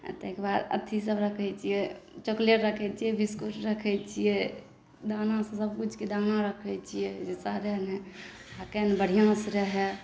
तकर बाद अथी सब रखै छियै चोकलेट रखै छियै बिस्कुट रखै छियै दाना सब सब किछु के दाना रखै छियै जे सड़े नहि आ कनी बढ़िऑं से रहे